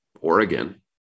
Oregon